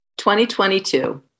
2022